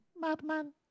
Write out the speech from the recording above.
madman